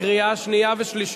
קריאה שנייה ושלישית.